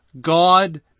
God